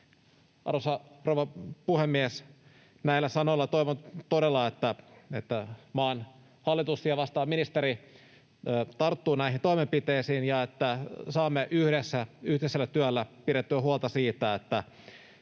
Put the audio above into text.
rouva puhemies! Näillä sanoilla toivon todella, että maan hallitus ja vastaava ministeri tarttuvat näihin toimenpiteisiin ja että saamme yhdessä yhteisellä työllä pidettyä huolta siitä, että